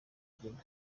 kubyina